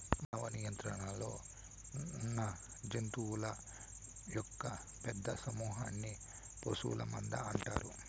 మానవ నియంత్రణలో ఉన్నజంతువుల యొక్క పెద్ద సమూహన్ని పశువుల మంద అంటారు